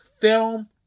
film